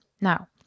Now